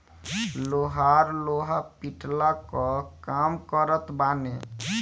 लोहार लोहा पिटला कअ काम करत बाने